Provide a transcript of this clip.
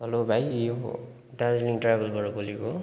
hello भाइ यो दार्जिलिङ ट्राभलबाट बोलेको हो